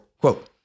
quote